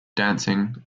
dancing